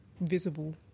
visible